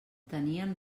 tenien